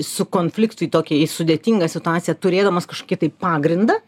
su konfliktu į tokį sudėtingą situaciją turėdamas kažkokį tai pagrindą